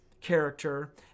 character